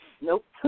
Nope